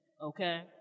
okay